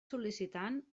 sol·licitant